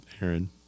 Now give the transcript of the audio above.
Aaron